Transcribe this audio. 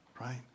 right